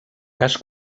cas